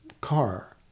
Car